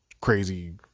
crazy